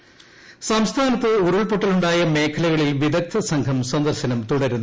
പരിശോധന സംസ്ഥാനത്ത് ഉരുൾപ്പൊട്ടലുണ്ടായ മേഖല്പ്കളിൽ വിദഗ്ദ്ധ സംഘം സന്ദർശനം തുടരുന്നു